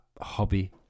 hobby